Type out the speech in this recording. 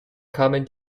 kamen